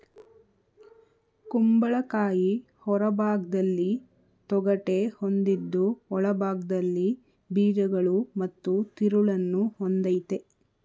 ಕುಂಬಳಕಾಯಿ ಹೊರಭಾಗ್ದಲ್ಲಿ ತೊಗಟೆ ಹೊಂದಿದ್ದು ಒಳಭಾಗ್ದಲ್ಲಿ ಬೀಜಗಳು ಮತ್ತು ತಿರುಳನ್ನು ಹೊಂದಯ್ತೆ